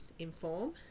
inform